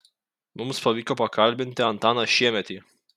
mums pavyko pakalbinti antaną šiemetį